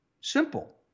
simple